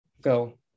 go